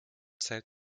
zählt